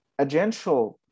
agential